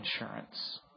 insurance